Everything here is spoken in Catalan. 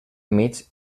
mig